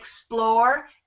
explore